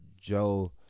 Joe